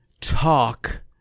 talk